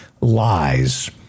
lies